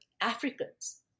Africans